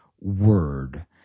word